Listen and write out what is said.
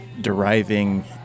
deriving